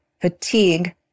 fatigue